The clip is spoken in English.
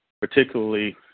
particularly